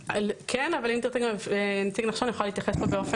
כן, אבל אם תרצי, נציג נחשון יוכל להתייחס לזה.